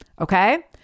Okay